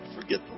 Forget